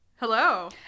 Hello